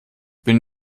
bin